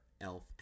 elf